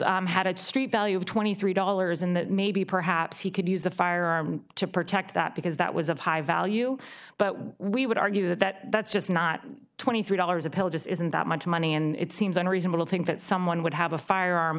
pills had a street value of twenty three dollars and that maybe perhaps he could use a firearm to protect that because that was of high value but we would argue that that's just not twenty three dollars a pill just isn't that much money and it seems unreasonable to think that someone would have a firearm